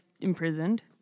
imprisoned